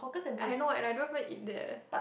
I know and I don't eat there